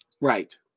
Right